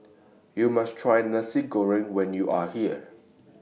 YOU must Try Nasi Goreng when YOU Are here